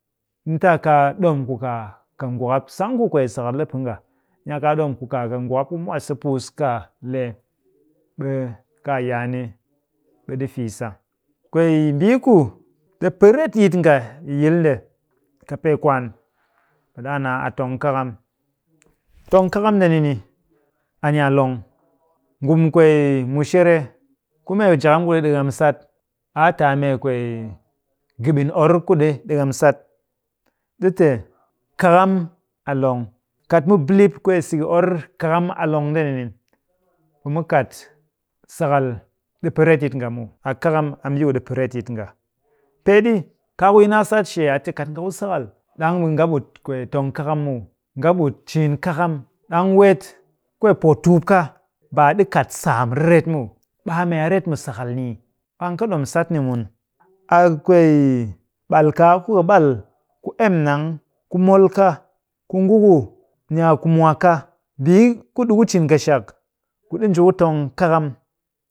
Ni ta a kaa ɗom ku kaa kɨ ngwakap. Sang ku kwee sakal ɗi pɨ nga, ni a kaa ɗomku kaa kɨ ngwakap ku mwase puus kaa lee, ɓe kaa yaa ni, ɗe ɗi fii sa. Kwee mbii ku ɗi pɨ retyit nga, yi yil nde kɨpee kwaan, ɓe ɗaa naa a tong kakam. Tong kakam ndeni ni, a ni a long. Ngumu kwee mushere ku mee njakam ku ɗi ɗekem sat, a a te a mee kwee gɨɓin or ku ɗi ɗekem sat. ɗi te kakam a long. Kat mu bilip kwee siki or kakam a long ndeni ni, ɓe mu kat sakal ɗi pɨ retyit nga muw. A kakam a mbii ku ɗi pɨ retyit nga. Peeɗi, kaaku yi naa sat shee a te kat nga ku sakal, ɗang ɓe nga ɓut kwee tong kakam muw, nga ɓut ciin kakam, ɗand weet kwee pootukup ka baa ɗi kat saam riret muw, ɓe a mee a ret mu sakal ni ii? An kɨ ɗom sat ni mun, a kwee ɓal kaa ku ka ɓal ku emnang, ku mol ka, ku nguku ni a ku mwaa ka, mbii ku ɗiku cin keshak ku ɗi nji ku tong kakam